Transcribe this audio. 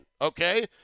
okay